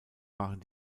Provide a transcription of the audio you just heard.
waren